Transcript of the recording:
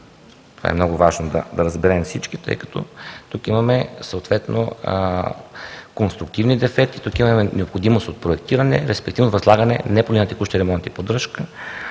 Това е много важно да разберем всички, тъй като тук имаме съответно конструктивни дефекти, тук имаме необходимост от проектиране, респективно възлагане не по линия на „Текущи ремонти и поддръжка“,